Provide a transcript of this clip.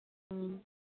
ꯎꯝ